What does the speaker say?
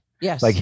Yes